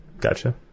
Gotcha